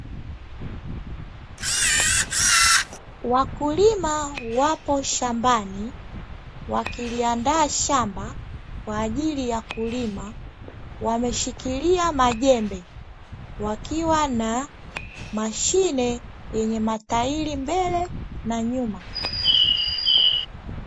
Wakulima wapo shambani wakiliandaa shamba kwa ajili ya kulima. Wameshikilia majembe wakiwa na mashine yenye matairi mbele na nyuma.